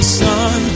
sun